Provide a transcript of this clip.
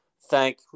thank